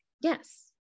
Yes